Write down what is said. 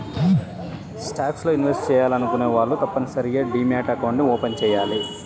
stocks లో invest చెయ్యాలనుకునే వాళ్ళు తప్పనిసరిగా డీమ్యాట్ అకౌంట్ని ఓపెన్ చెయ్యాలి